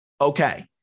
okay